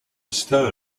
stone